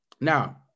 Now